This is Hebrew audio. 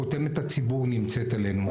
חותמת הציבור נמצאת עלינו.